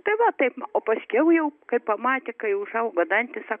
tai va taip o paskiau jau kai pamatė kai užaugo dantys sako